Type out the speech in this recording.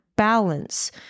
Balance